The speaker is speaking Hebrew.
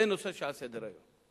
זה נושא שעל סדר-היום.